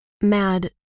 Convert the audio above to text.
Mad